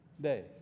days